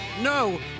No